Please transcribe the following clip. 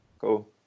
Cool